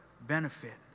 benefit